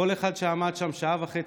כל אחד עמד שם שעה וחצי,